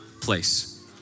place